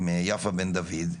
עם יפה בן דוד,